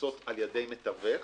נעשות על-ידי מתווך,